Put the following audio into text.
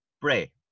pray